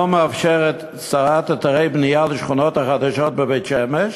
מאפשר הקמת אתרי בנייה לשכונות החדשות בבית-שמש,